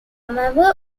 member